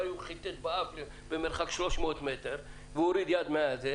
אולי הוא חיטט באף במרחק 300 מטר והוא הוריד יד מההגה,